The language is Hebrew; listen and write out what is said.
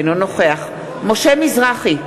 אינו נוכח משה מזרחי,